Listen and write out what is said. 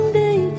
day